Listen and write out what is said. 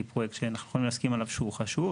נגיד פרויקט שאנחנו יכולים להסכים עליו שהוא חשוב.